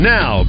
Now